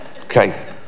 Okay